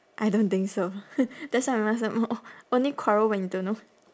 I don't think so that's why I must some more only quarrel when you don't know